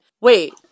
wait